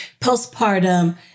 postpartum